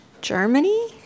Germany